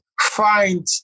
find